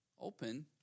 open